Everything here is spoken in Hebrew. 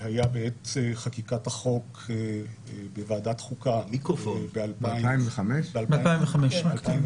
היו בעת חקיקת החוק בוועדת החוקה ב-2005 ו-2006.